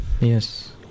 Yes